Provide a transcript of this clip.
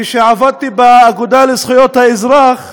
כשעבדתי באגודה לזכויות האזרח,